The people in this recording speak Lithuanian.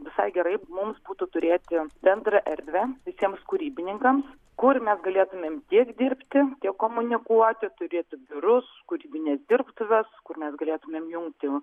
visai gerai mums būtų turėti bendrą erdvę visiems kūrybininkams kur mes galėtumėm tiek dirbti tiek komunikuoti turėti biurus kūrybines dirbtuves kur mes galėtumėm jungti